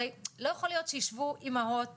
הרי לא יכול להיות שישבו אמהות